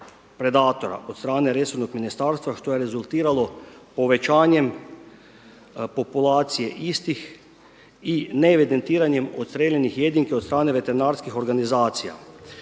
predatora od strane resornog ministarstva što je rezultiralo povećanjem populacije istih i ne evidentiranjem odstrijeljenih jedinki od strane veterinarskih organizacija.